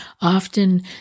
Often